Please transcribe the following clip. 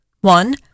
One